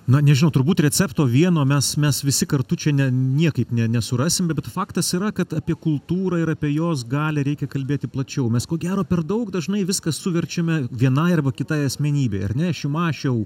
na nežinau turbūt recepto vieno mes mes visi kartu čia ne niekaip ne nesurasim ir faktas yra kad apie kultūrą ir apie jos galią reikia kalbėti plačiau mes ko gero per daug dažnai viską suverčiame vienai arba kitai asmenybei ar ne šimašiau